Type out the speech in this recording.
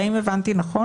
לכן